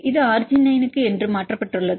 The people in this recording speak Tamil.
இது அர்ஜினைனுக்கு மாற்றப்பட்டுள்ளது